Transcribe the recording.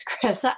Chris